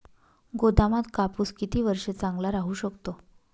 गोदामात कापूस किती वर्ष चांगला राहू शकतो?